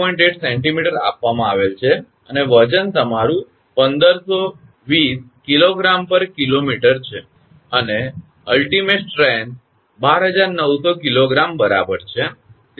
8 𝑐𝑚 આપવામાં આવેલ છે અને વજન તમારું 1520 𝐾𝑔 𝑘𝑚 છે અને અંતિમ તાકાત 12900 𝐾𝑔 બરાબર છે